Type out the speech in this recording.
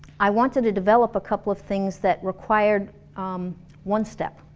i wanted to develop a couple of things that required um one step.